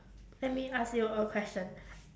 let me ask you a question